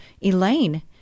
Elaine